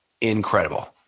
incredible